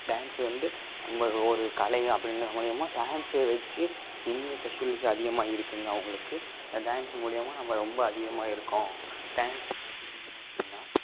dance வந்து நம்ம அது ஒரு கலை அப்படின்ற மூலிமா டான்ஸு வச்சு இன்னும் ஃபெசிலிஸ் அதிகமாயிருக்குதுங்க அவங்களுக்கு டான்ஸ் மூலிமா நம்ம ரொம்ப அதிகமாக இருக்கோம் டான்ஸ் பார்த்துட்டீங்க அப்படின்னா